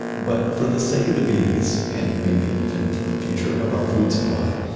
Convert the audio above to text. but for the sake of the bees and maybe even for the future of our food supply,